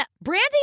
Brandy